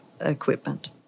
equipment